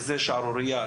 זו שערורייה.